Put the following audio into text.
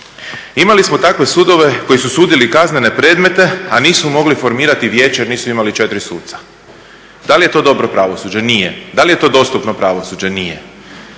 Imali smo takve sudove koji su sudili kaznene predmete, a nisu mogli formirati vijeće jer nisu imali 4 suca. Da li je to dobro pravosuđe? Nije. Da li je to dostupno pravosuđe? Nije.